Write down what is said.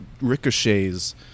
Ricochets